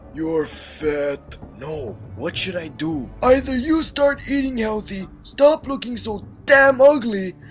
you're fat. no. what should i do? either you start eating healthy, stop looking so damn ugly,